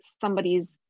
somebody's